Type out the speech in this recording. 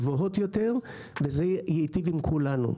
גבוהות יותר וזה יטיב עם כולנו.